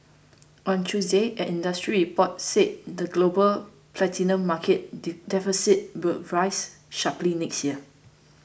on Tuesday an industry report said the global platinum market deficit will rise sharply next year